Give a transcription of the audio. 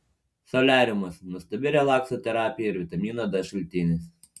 soliariumas nuostabi relakso terapija ir vitamino d šaltinis